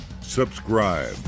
subscribe